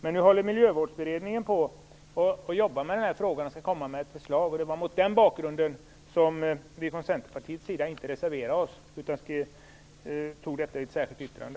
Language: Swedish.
Men nu jobbar Miljövårdsberedningen med den här frågan och skall komma med ett förslag. Det var mot den bakgrunden som vi från Centerpartiets sida inte reserverade oss utan tog upp detta i ett särskilt yttrande.